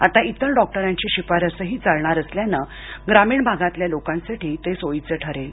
आता इतर डॉक्टरांची शिफारसही चालणार असल्यानं ग्रामीण भागातील लोकांसाठी ते सोयीचं ठरेल